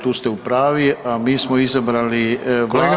Tu ste u pravu, a mi smo izabrali Vladu